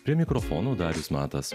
prie mikrofonų darius matas